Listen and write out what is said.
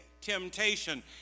Temptation